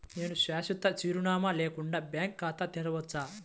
నేను శాశ్వత చిరునామా లేకుండా బ్యాంక్ ఖాతా తెరవచ్చా?